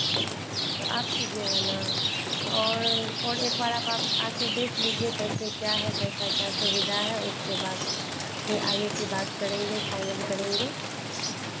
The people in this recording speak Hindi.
तो आप कीजिएगा ना और और एक बार आप आप आ आ कर देख लीजिए कैसे क्या है कैसा क्या सुविधा है उसके बाद फिर आगे की बात करेंगे फाइनल करेंगे